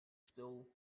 still